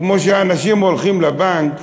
כמו שאנשים הולכים לבנק